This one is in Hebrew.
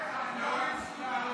(קוראת בשמות חברי הכנסת)